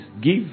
Give